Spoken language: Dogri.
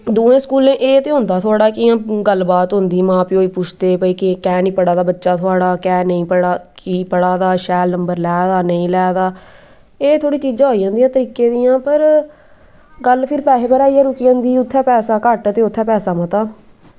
दूएं स्कूलें एह् ते होंदा थोह्ड़ा कि इ'यां गल्ल बात होंदी मां प्योई पुछदे भाई की निं पढ़ै दा बच्चा थुआड़ा की निं पढ़ा कि पढ़ै दा शैल नंबर लै दा नेईं लै दा एह् थोह्ड़ी चीजां होई जंदियां तरीके दियां पर गल्ल फिर पैसे पर आइयै रुकी जंदी उत्थै पैसा घट्ट ऐ ते उत्थै पैसा मता